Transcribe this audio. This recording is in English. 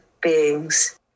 beings